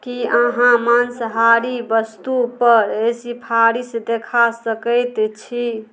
कि अहाँ माँसाहारी वस्तुपर सिफारिश देखा सकै छी